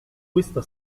questa